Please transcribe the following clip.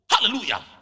hallelujah